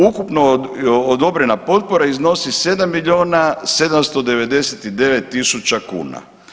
Ukupno odobrena potpora iznosi 7 milijuna 799 tisuća kuna.